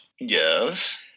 Yes